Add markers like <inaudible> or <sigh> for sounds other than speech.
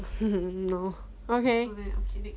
<laughs> no okay